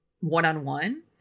one-on-one